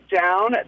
down